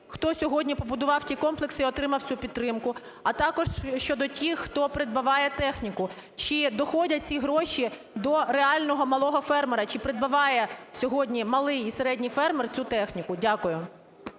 Хто сьогодні побудував ті комплекси і отримав цю підтримку? А також щодо тих, хто придбаває техніку. Чи доходять ці гроші до реального малого фермера? Чи придбаває сьогодні малий і середній фермер цю техніку? Дякую.